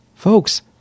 Folks